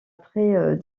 très